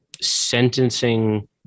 sentencing